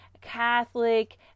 Catholic